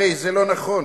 הרי זה לא נכון,